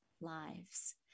lives